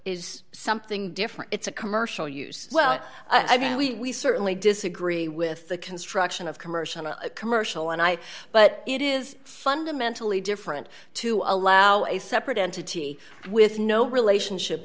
is something different it's a commercial use well i mean we certainly disagree with the construction of commercial a commercial and i but it is fundamentally different to allow a separate entity with no relationship